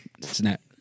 Snap